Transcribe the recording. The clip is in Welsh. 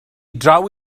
draw